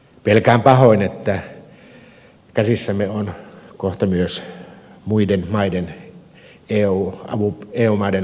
pelkään pahoin että käsissämme ovat kohta myös muiden eu maiden avunpyynnöt